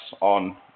on